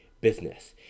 business